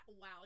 Wow